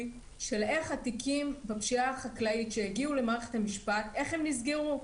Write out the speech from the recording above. של איך התיקים בפשיעה החקלאית שהגיעו למערכת המשפט נסגרו.